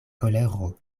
kolero